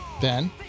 Ben